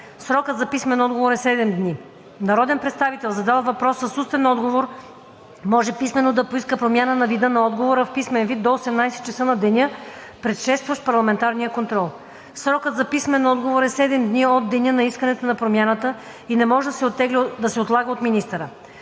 Срокът за писмен отговор е 7 дни. Народен представител, задал въпрос с устен отговор, може писмено да поиска промяна на вида на отговора в писмен вид до 18,00 ч. на деня, предшестващ парламентарния контрол. Срокът за писмения отговор е 7 дни от деня на искането на промяната и не може да се отлага от министъра.